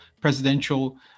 presidential